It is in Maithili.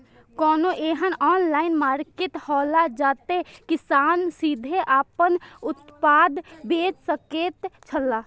कोनो एहन ऑनलाइन मार्केट हौला जते किसान सीधे आपन उत्पाद बेच सकेत छला?